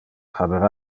habera